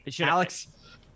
Alex